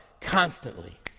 constantly